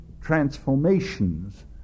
transformations